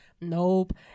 nope